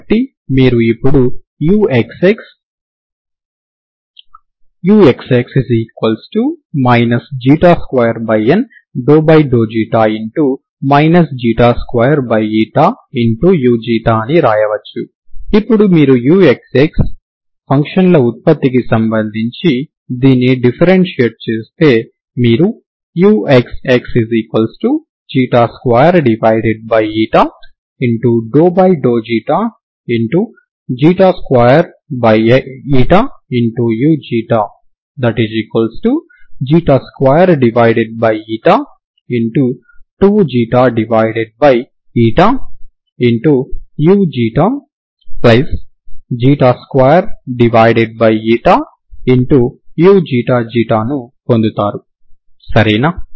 కాబట్టి మీరు ఇప్పుడు uxx uxx 2 2u అని వ్రాయవచ్చు ఇప్పుడు మీరు uxxఫంక్షన్ల ఉత్పత్తికి సంబంధించి దీన్ని డిఫరెన్షియేట్ చేస్తే మీరు uxx22u22u2uξξ ను పొందుతారు సరేనా